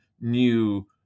new